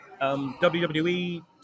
WWE